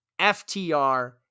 FTR